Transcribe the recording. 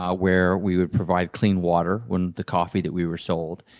ah where we would provide clean water when the coffee that we were sold,